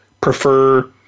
prefer